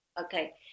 Okay